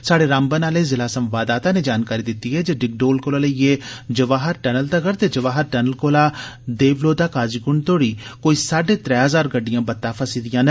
स्हाड़े रामबन आले जिला संवाददाता नै जानकारी दिती ऐ जे डिगडोल कोला लेइयै जवाहर टनल तगर ते जवाहर टनल कोला लेवदोरा काजीक्ंड तोड़ी कोई साड्डे र्नै हजार गड्डियां बत्तै फसी दिया न